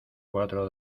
cuatro